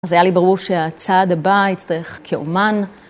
אז היה לי ברור שהצעד הבא יצטרך כאומן.